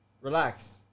Relax